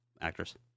actress